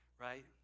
right